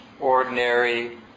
ordinary